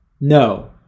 No